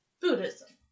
Buddhism